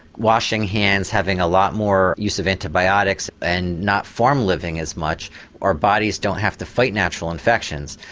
washing hands, having a lot more use of antibiotics and not farm living as much our bodies don't have to fight natural infections.